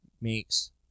makes